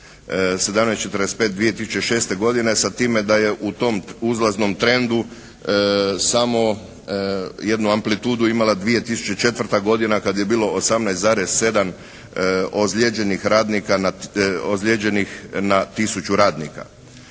17,45 2006. godine sa time da je u tom uzlaznom trendu samo jednu amplitudu imala 2004. godina kad je bilo 18,7 ozlijeđenih radnika